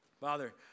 Father